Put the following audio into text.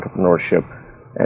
entrepreneurship